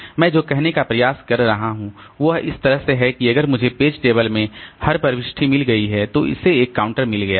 मैं जो कहने का प्रयास कर रहा हूं वह इस तरह है कि अगर मुझे पेज टेबल में हर प्रविष्टि मिल गई है तो इसे एक काउंटर मिल गया है